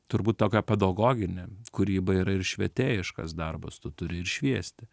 turbūt tokią pedagoginę kūrybą yra ir švietėjiškas darbas tu turi ir šviesti